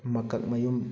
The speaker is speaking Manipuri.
ꯃꯀꯛꯃꯌꯨꯝ